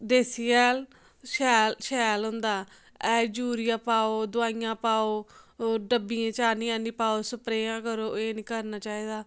देसी हैल शैल शैल होंदा यूरिया पाओ दवाइयां पाओ ओह् डब्बियें च आह्नी आह्नी पाओ सप्रेआं करो एह् निं करना चाहिदा